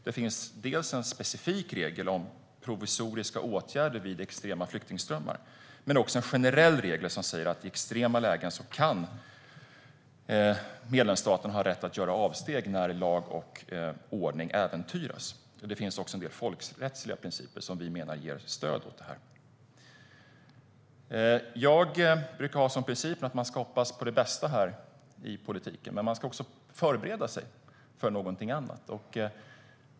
Det finns en specifik regel om provisoriska åtgärder vid extrema flyktingströmmar, men det finns också en generell regel som säger att medlemsstaten i extrema lägen kan ha rätt att göra avsteg när lag och ordning äventyras. Det finns också en del folkrättsliga principer som vi menar ger stöd åt detta. Jag brukar ha som princip att man ska hoppas på det bästa i politiken, men man ska också förbereda sig för något annat.